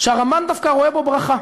שהרמב"ן דווקא רואה בו ברכה.